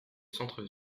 centre